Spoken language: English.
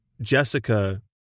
Jessica